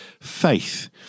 faith